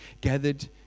gathered